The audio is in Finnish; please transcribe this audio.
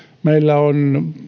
meillä on